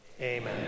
Amen